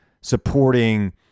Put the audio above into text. supporting